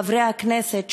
חברי הכנסת,